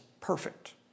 perfect